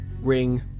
ring